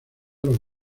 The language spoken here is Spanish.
los